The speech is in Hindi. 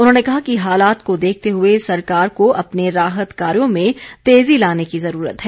उन्होंने कहा कि हालात को देखते हुए सरकार को अपने राहत कार्यों में तेजी लाने की ज़रूरत है